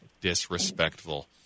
disrespectful